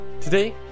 Today